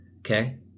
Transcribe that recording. Okay